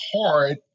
hard